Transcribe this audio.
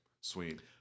sweet